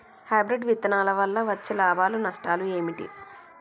Hybrid విత్తనాల వల్ల వచ్చే లాభాలు నష్టాలు ఏమిటి?